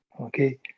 okay